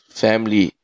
family